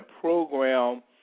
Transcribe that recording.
program